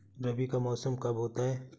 रबी का मौसम कब होता हैं?